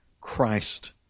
Christ